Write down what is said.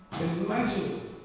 Imagine